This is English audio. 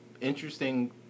interesting